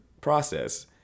process